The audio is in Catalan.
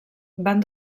van